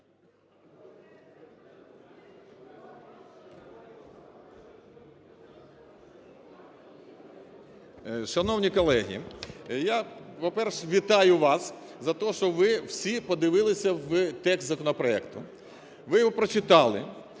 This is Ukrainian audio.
Шановні колеги! Я, по-перше, вітаю вас за те, що ви всі подивилися в текст законопроекту, ви його прочитали.